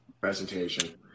Presentation